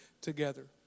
together